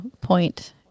point